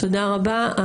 תודה רבה.